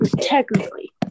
technically